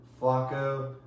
Flacco